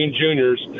juniors